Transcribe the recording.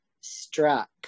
struck